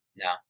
No